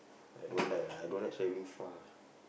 I don't like lah I don't like travelling far lah